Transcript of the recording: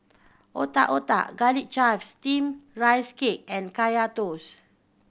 Otak Otak Garlic Chives Steamed Rice Cake and Kaya Toast